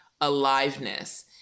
Aliveness